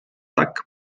tak